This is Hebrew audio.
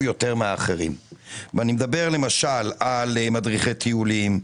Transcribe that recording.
יותר מאחרים ואני מדבר למשל על מדריכי טיולים,